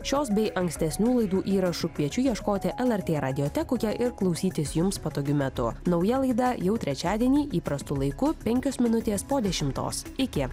šios bei ankstesnių laidų įrašų kviečiu ieškoti lrt radiotekoke ir klausytis jums patogiu metu nauja laida jau trečiadienį įprastu laiku penkios minutės po dešimtos iki